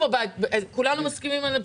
כולנו מסכימים על כך.